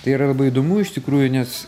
tai yra labai įdomu iš tikrųjų nes